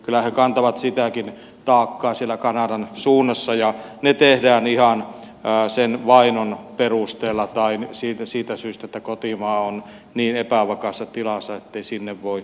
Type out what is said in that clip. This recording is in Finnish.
kyllä he kantavat sitäkin taakkaa siellä kanadan suunnassa ja ne ratkaisut tehdään ihan sen vainon perusteella tai siitä syystä että kotimaa on niin epävakaassa tilassa ettei sinne voi ihmistä lähettää